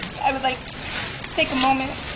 i would like to take a moment,